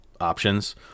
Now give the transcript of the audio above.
options